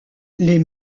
les